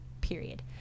period